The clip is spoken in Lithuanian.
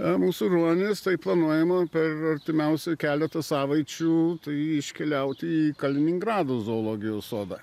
a mūsų ruonis tai planuojama per artimiausią keletą savaičių tai iškeliauti į kaliningrado zoologijos sodą